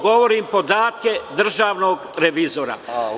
Govorim podatke državnog revizora.